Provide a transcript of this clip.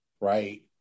right